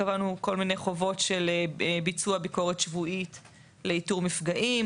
קבענו כל מיני חובות של ביצוע ביקורת שבועית לאיתור מפגעים,